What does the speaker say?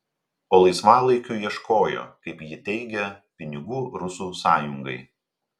o laisvalaikiu ieškojo kaip ji teigė pinigų rusų sąjungai